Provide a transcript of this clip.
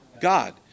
God